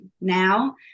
now